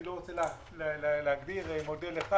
אני לא רוצה להגדיר מודל אחד.